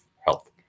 health